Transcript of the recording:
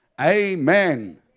Amen